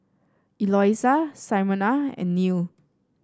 Eloisa Simona and Neal